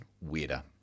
weirder